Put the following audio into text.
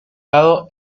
lado